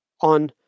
on